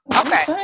okay